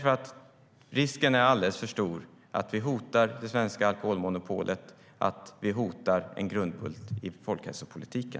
Risken är alldeles för stor att vi hotar det svenska alkoholmonopolet, att vi hotar en grundbult i folkhälsopolitiken.